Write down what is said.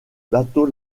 bateau